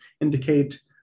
indicate